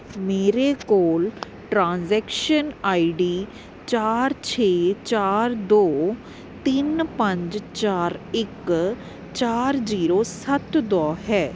ਮੇਰੇ ਕੋਲ transaction I D ਚਾਰ ਛੇ ਚਾਰ ਦੋ ਤਿੰਨ ਪੰਜ ਚਾਰ ਇੱਕ ਚਾਰ ਜੀਰੋ ਸੱਤ ਦੋ ਹੈ